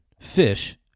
fish